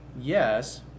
yes